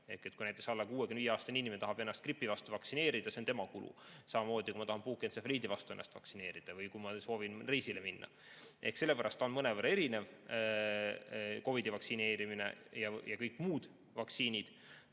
kui näiteks alla 65‑aastane inimene tahab ennast gripi vastu vaktsineerida, siis see on tema kulu, samamoodi, kui ma tahan näiteks puukentsefaliidi vastu ennast vaktsineerida või kui ma soovin reisile minna. Sellepärast on mõnevõrra erinev COVID‑i vastu vaktsineerimine ja kõik muud vaktsiinid.